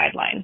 guideline